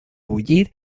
bullir